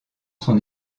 son